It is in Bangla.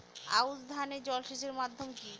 আউশ ধান এ জলসেচের মাধ্যম কি?